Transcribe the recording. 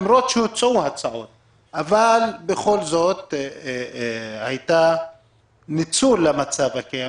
למרות שהוצעו הצעות אבל בכל זאת היה ניצול של המצב הקיים,